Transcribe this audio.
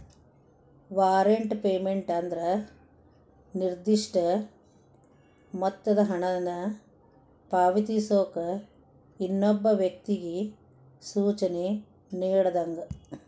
warrant payment ಅಂದ್ರ ನಿರ್ದಿಷ್ಟ ಮೊತ್ತದ ಹಣನ ಪಾವತಿಸೋಕ ಇನ್ನೊಬ್ಬ ವ್ಯಕ್ತಿಗಿ ಸೂಚನೆ ನೇಡಿದಂಗ